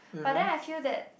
but then I feel that